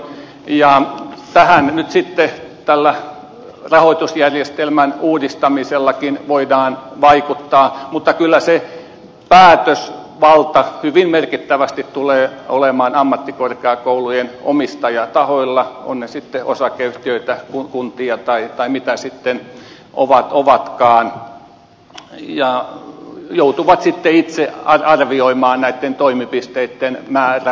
tähän nyt sitten tällä rahoitusjärjestelmän uudistamisellakin voidaan vaikuttaa mutta kyllä se päätösvalta hyvin merkittävästi tulee olemaan ammattikorkeakoulujen omistajatahoilla ovat ne sitten osakeyhtiöitä kuntia tai mitä sitten ovatkaan ja ne joutuvat sitten itse arvioimaan näitten toimipisteitten määrän